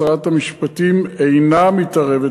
שרת המשפטים אינה מתערבת